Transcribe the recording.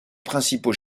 principaux